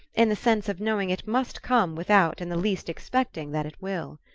in the sense of knowing it must come without in the least expecting that it will.